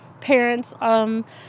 parents